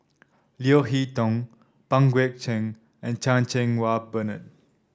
Leo Hee Tong Pang Guek Cheng and Chan Cheng Wah Bernard